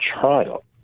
trial